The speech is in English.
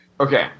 Okay